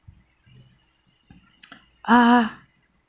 ah